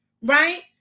right